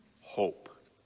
hope